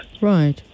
Right